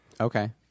Okay